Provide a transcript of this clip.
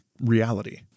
reality